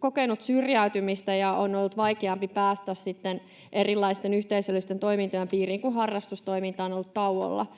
kokenut syrjäytymistä ja on ollut vaikeampi päästä sitten erilaisten yhteisöllisten toimintojen piiriin, kun harrastustoiminta on ollut tauolla.